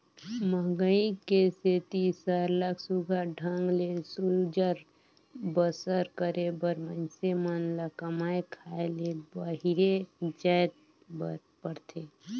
मंहगई के सेती सरलग सुग्घर ढंग ले गुजर बसर करे बर मइनसे मन ल कमाए खाए ले बाहिरे जाएच बर परथे